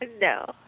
No